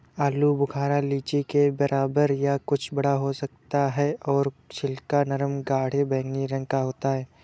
आलू बुखारा लीची के बराबर या कुछ बड़ा होता है और छिलका नरम गाढ़े बैंगनी रंग का होता है